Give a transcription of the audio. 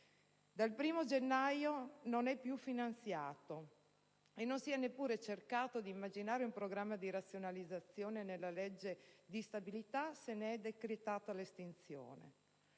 Dal 1°gennaio non è più finanziato e non si è neppure cercato di immaginare un programma di razionalizzazione. Nella legge di stabilità se ne è decretata l'estinzione.